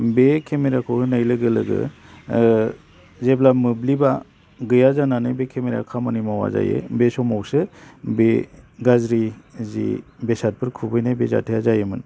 बे केमेराखौ होनाय लोगो लोगो जेब्ला मोब्लिबा गैया जानानै बे केमेराया खामानि मावा जायो बे समावसो बे गाज्रि जि बेसादफोर खुबैनाय बे जाथाया जायोमोन